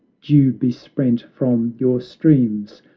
dew-besprent from your streams,